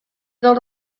dels